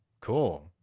cool